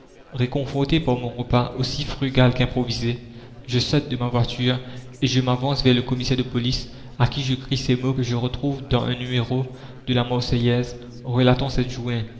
réconforté par mon repas aussi frugal qu'improvisé je saute de ma voiture et je m'avance vers le commissaire de police à qui je crie ces mots que je retrouve dans un numéro de la marseillaise relatant cette